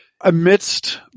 amidst